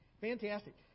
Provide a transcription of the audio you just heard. Fantastic